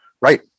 Right